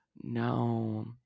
no